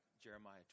Jeremiah